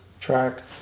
track